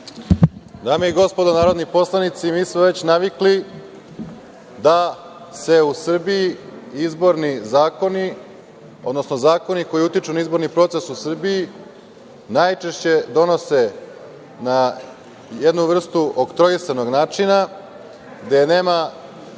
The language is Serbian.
Dame i gospodo narodni poslanici, mi smo već navikli da se u Srbiji izborni zakoni, odnosno zakoni koji utiču na izborni proces u Srbiji najčešće donose na jednu vrstu oktroisanog načina, gde nema